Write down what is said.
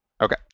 Okay